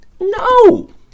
No